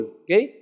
okay